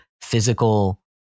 physical